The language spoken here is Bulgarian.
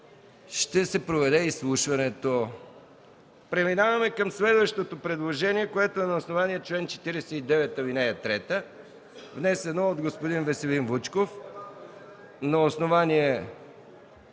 ще се проведе изслушването. Преминаваме към следващото предложение, което е на основание чл. 49, ал. 3, внесено от господин Веселин Вучков